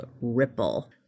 Ripple